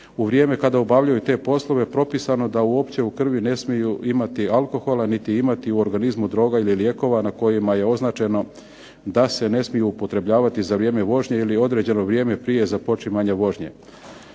u vrijeme kada obavljaju te poslove propisano da uopće u krvi ne smiju imati alkohola niti imati u organizmu droga ili lijekova na kojima je označeno da se ne smiju upotrebljavati za vrijeme vožnje ili određeno vrijeme prije započinjanja vožnje.